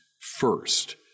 first